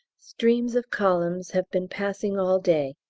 streams of columns have been passing all day